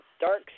dark